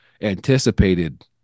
anticipated